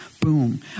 Boom